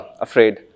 afraid